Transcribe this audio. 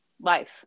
life